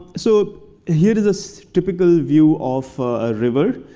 so here is a so typical view of a river,